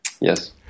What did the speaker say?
Yes